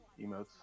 emotes